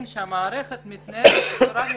כאשר המערכת מתנהלת בצורה מסוימת,